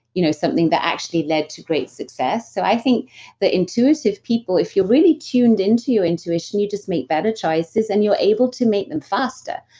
you know something that actually led to great success so, i think that intuitive people if you're really tuned into your intuition you just make better choices and you're able to make them faster,